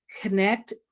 connect